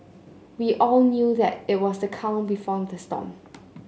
we all knew that it was the calm before the storm